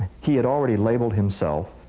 he had already labeled himself,